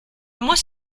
muss